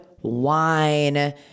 wine